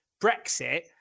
Brexit